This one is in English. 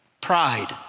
pride